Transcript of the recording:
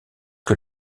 que